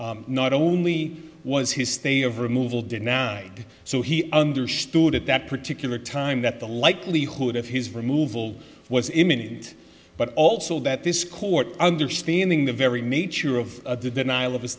not only was his stay of removal did now so he understood at that particular time that the likelihood of his removal was imminent but also that this court understanding the very nature of the denial of